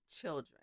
children